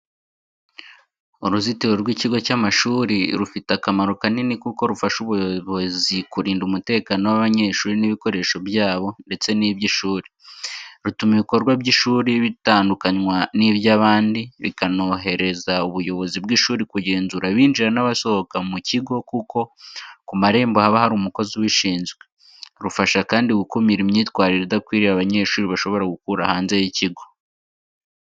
Uruzitiro rw’ikigo cy’amashuri rufite akamaro kanini kuko rufasha ubuyobozi kurinda umutekano w’abanyeshuri n’ibikoresho byabo ndetse n’iby’ishuri, rutuma ibikorwa by’ishuri bitandukanywa n’iby’abandi, bikanorohereza ubuyobozi bw'ishuri kugenzura abinjira n’abasohoka mu kigo kuko ku marembo haba hari umukozi ubishinzwe. Rufasha kandi gukumira imyitwarire idakwiriye abanyeshuri bashobora gukura hanze y’ikigo.